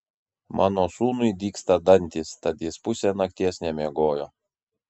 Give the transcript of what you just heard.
mano sūnui dygsta dantys tad jis pusę nakties nemiegojo